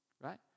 right